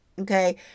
Okay